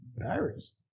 embarrassed